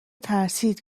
ترسید